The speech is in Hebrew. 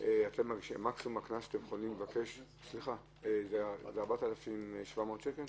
מקסימום הקנס שאתם יכולים לבקש זה 4,700 שקל?